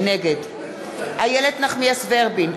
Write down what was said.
נגד איילת נחמיאס ורבין,